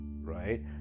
Right